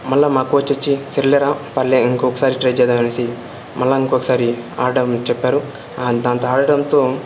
మళ్ళీ మా కోచ్ వచ్చి సర్లేరా పర్లే ఇంకొకసారి ట్రై చేద్దామనేసి మళ్ళీ ఇంకొకసారి ఆడడం చెప్పారు దాంతో ఆడడంతో